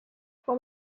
from